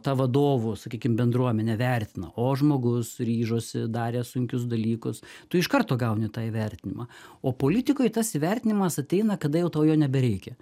ta vadovų sakykim bendruomenė vertina o žmogus ryžosi darė sunkius dalykus tu iš karto gauni tą įvertinimą o politikoj tas įvertinimas ateina kada jau tau jo nebereikia